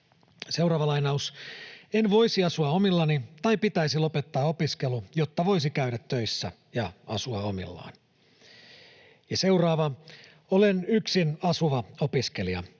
lapsi kärsii.” ”En voisi asua omillani, tai pitäisi lopettaa opiskelu, jotta voisi käydä töissä ja asua omillaan.” ”Olen yksin asuva opiskelija.